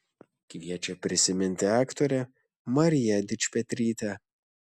kviečia prisiminti aktorę mariją dičpetrytę